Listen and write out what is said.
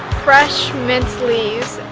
fresh mint leaves.